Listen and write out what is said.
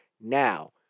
now